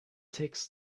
takes